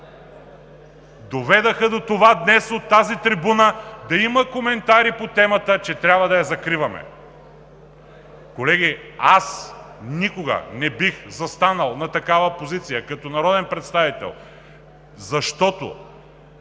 доведоха до това днес от тази трибуна да има коментари по темата, че трябва да я закриваме. Колеги, аз никога не бих застанал на такава позиция като народен представител, защото